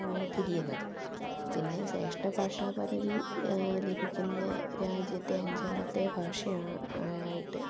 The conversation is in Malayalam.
തിരിയുന്നത് പിന്നെ ശ്രേഷ്ഠഭാഷ പദവി ലഭിക്കുന്ന രാജ്യത്തെ അഞ്ചാമത്തെ ഭാഷ ആയിട്ട്